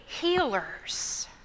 healers